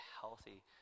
healthy